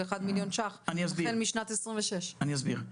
1 מליון ש"ח החל משנת 2026. אני אסביר.